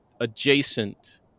adjacent